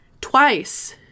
twice